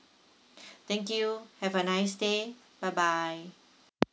thank you have a nice day bye bye